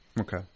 Okay